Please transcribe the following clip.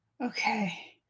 Okay